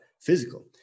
physical